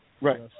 Right